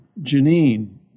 Janine